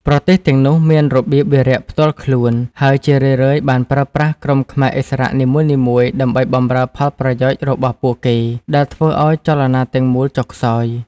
ប្រទេសទាំងនោះមានរបៀបវារៈផ្ទាល់ខ្លួន ហើយជារឿយៗបានប្រើប្រាស់ក្រុមខ្មែរឥស្សរៈនីមួយៗដើម្បីបម្រើផលប្រយោជន៍របស់ពួកគេ ដែលធ្វើឱ្យចលនាទាំងមូលចុះខ្សោយ។